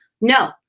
no